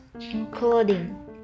including